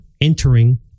entering